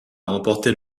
remporter